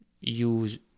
use